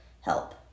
help